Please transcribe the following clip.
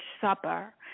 supper